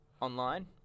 online